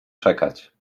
czekać